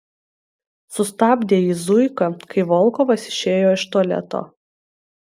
sustabdė jį zuika kai volkovas išėjo iš tualeto